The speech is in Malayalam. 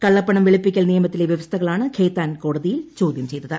കള്ളപ്പണം വെളുപ്പിക്കൽ നിയമത്തിലെ വൃവസ്ഥകളാണ് ഖൈത്താൻ കോടതിയിൽ ചോദ്യം ചെയ്തത്